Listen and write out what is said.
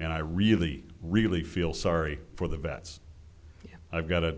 and i really really feel sorry for the vets i've got